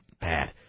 Bad